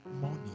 money